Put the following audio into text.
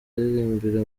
aririmbira